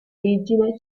origine